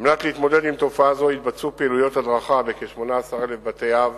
על מנת להתמודד עם תופעה זו התבצעו פעילויות הדרכה בכ-18,000 בתי-אב,